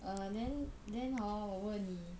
err then then hor 我问妳